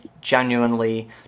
genuinely